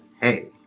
Hey